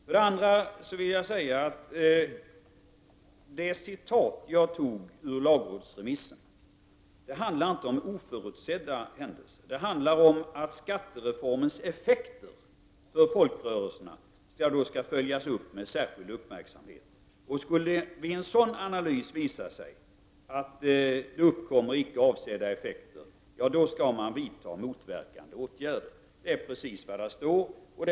För det andra vill jag säga att det citat jag anförde ur lagrådsremissen inte handlar om oförutsedda händelser. Det handlar om att skattereformens effekter på folkrörelserna skall följas upp med särskild uppmärksamhet. Skulle det vid en sådan analys visa sig att det uppstår icke avsedda effekter, skall man vidta motverkande åtgärder. Det är precis vad som står i remissen.